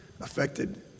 affected